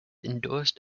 endorsed